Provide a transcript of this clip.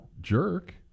jerk